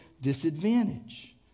disadvantage